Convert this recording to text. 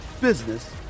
business